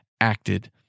acted